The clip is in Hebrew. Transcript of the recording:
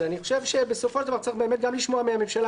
אז אני חושב שבסופו של דבר צריך גם לשמוע מהממשלה